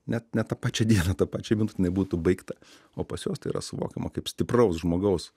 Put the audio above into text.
net ne tą pačią dieną tą pačią minut jinai būtų baigta o pas juos tai yra suvokiama kaip stipraus žmogaus